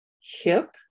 hip